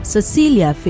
Cecilia